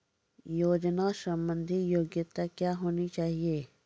योजना संबंधित योग्यता क्या होनी चाहिए?